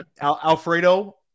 Alfredo